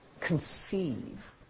conceive